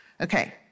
Okay